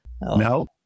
No